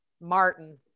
martin